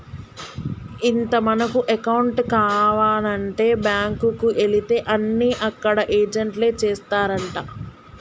ఇంత మనకు అకౌంట్ కావానంటే బాంకుకు ఎలితే అన్ని అక్కడ ఏజెంట్లే చేస్తారంటా